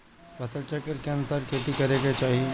फसल चक्र के अनुसार खेती करे के चाही